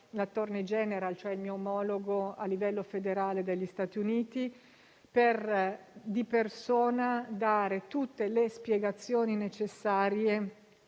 l'*attorney general*, il mio omologo a livello federale degli Stati Uniti, per dare di persona tutte le spiegazioni necessarie